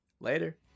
Later